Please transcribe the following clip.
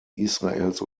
israels